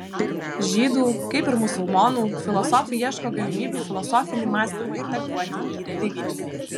žydų kaip ir musulmonų filosofai ieško galimybių filosofinį mąstymą integruoti į religinį